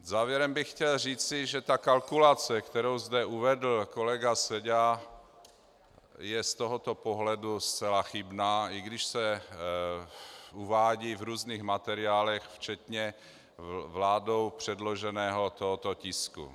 Závěrem bych chtěl říci, že kalkulace, kterou zde uvedl kolega Seďa, je z tohoto pohledu zcela chybná, i když se uvádí v různých materiálech včetně vládou předloženého tohoto tisku.